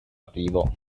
arrivo